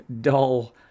dull